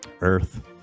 Earth